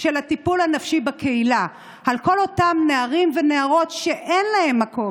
של הטיפול הנפשי בקהילה לכל אותם נערים ונערות שאין להם מקום?